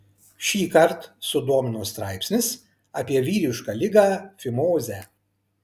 šįkart sudomino straipsnis apie vyrišką ligą fimozę